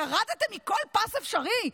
ירדתם מכל פס אפשרי?